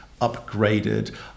upgraded